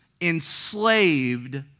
enslaved